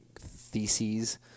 theses